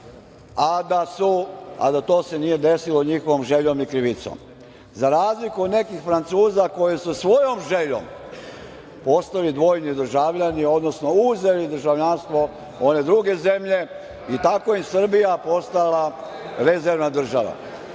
a da to se nije desilo njihovom željom ni krivicom. Za razliku od nekih Francusa, koji su svojom željom postali dvojni državljani, odnosno uzeli državljanstvo one druge zemlje i tako im Srbija postala rezervna